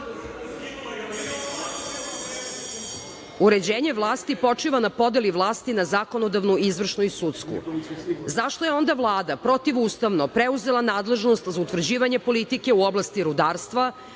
…uređenje vlasti počiva na podeli vlasti na zakonodavnu, izvršnu i sudsku. Zašto je onda Vlada protivustavno preuzela nadležnost za utvrđivanje politike u oblasti rudarstva,